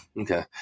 Okay